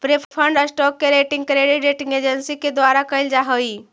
preferred stock के rating credit rating agency के द्वारा कैल जा हइ